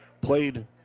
played